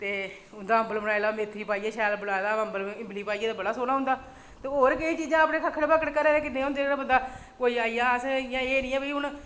ते उं'दा अम्बल बनाई लैओ मैथी पाइयै शैल बनाए दा होऐ अम्बल शैल इमली पाइयै बड़ा सोह्ना होंदा ते होर किश चीज़ां होंदे होन ते बंदा कुतै कोई आई जा ते अस एह् निं ऐ कि हून